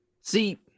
See –